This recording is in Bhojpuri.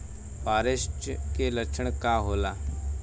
फारेस्ट के लक्षण का होला?